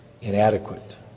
inadequate